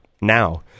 now